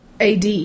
AD